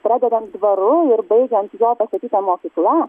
pradedant dvaru ir baigiant jo pastatyta mokykla